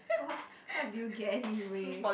what what do you get anyway